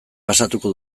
pasatuko